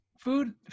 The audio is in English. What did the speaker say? Food